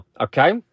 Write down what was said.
Okay